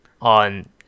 On